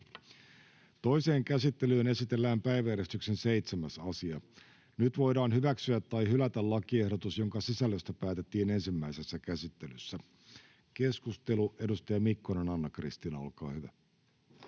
Toiseen käsittelyyn esitellään päiväjärjestyksen 7. asia. Nyt voidaan hyväksyä tai hylätä lakiehdotus, jonka sisällöstä päätettiin ensimmäisessä käsittelyssä. — Keskustelu, edustaja Mikkonen, Anna-Kristiina, olkaa hyvä.